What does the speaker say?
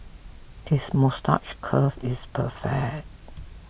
his moustache curl is perfect